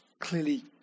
clearly